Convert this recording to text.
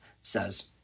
says